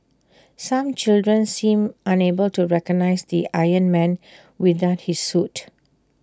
some children seemed unable to recognise the iron man without his suit